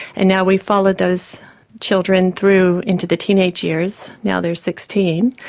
and now we followed those children through into the teenage years, now they're sixteen,